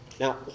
Now